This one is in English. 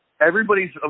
everybody's